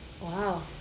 Wow